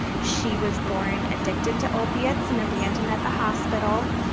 she was born addicted to opiates and abandoned at the hospital.